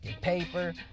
paper